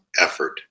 effort